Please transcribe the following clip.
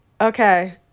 Okay